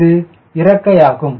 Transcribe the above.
இது இறக்கை ஆகும்